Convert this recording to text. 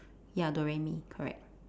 ya do re mi correct